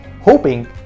hoping